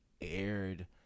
aired